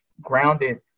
grounded